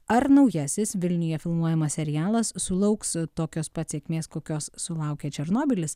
ar naujasis vilniuje filmuojamas serialas sulauks tokios pat sėkmės kokios sulaukė černobylis